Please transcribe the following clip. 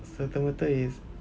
serta-merta is